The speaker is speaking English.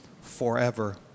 forever